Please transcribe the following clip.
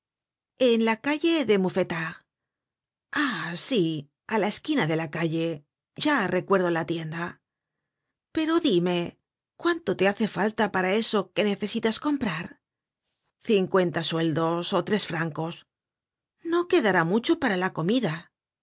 en la calle de mouffetard ah si á la esquina de la calle ya recuerdo la tienda pero dime cuánto te hace falta para eso que necesitas comprar cincuenta sueldos ó tres francos no quedará mucho para la comida